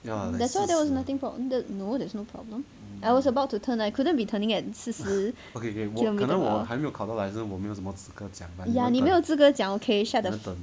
that's why there was nothing for the no there's no problem I was about to turn I couldn't be turning at 四十你没有资格讲 okay shut the f~